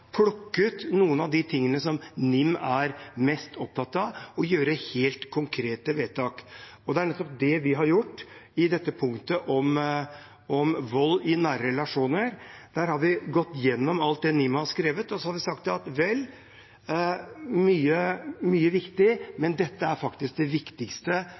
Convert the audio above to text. plukke ut noen av de tingene som NIM er mest opptatt av, og gjøre helt konkrete vedtak. Det er nettopp det vi har gjort i forslag til vedtak III, om vold i nære relasjoner. Vi har gått igjennom alt det NIM har skrevet. Så har vi sagt at vel, mye er viktig, men dette er faktisk det viktigste